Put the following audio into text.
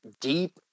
deep